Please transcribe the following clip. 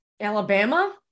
Alabama